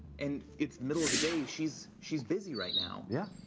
and it's middle of the day. she's she's busy right now. yeah.